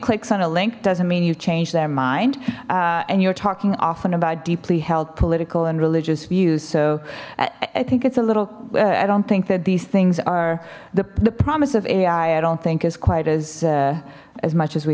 clicks on a link doesn't mean you change their mind and you're talking often about deeply held political and religious views so i think it's a little i don't think that these things are the the promise of ai i don't think as quite as as much as we